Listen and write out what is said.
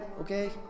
okay